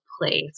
place